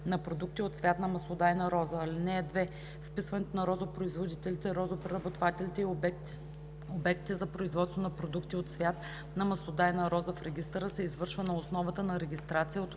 на продукти от цвят на маслодайна роза. (2) Вписването на розопроизводителите, розопреработвателите и обектите за производство на продукти от цвят на маслодайна роза в регистъра се извършва на основата на регистрация от общинските